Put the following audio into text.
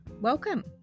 Welcome